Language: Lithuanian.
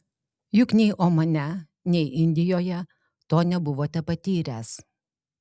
juk nei omane nei indijoje to nebuvote patyręs